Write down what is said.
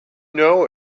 know